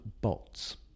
bots